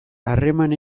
harreman